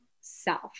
self